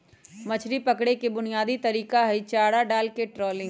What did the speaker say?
मछरी पकड़े के बुनयादी तरीका हई चारा डालके ट्रॉलिंग